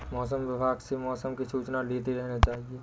मौसम विभाग से मौसम की सूचना लेते रहना चाहिये?